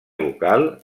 local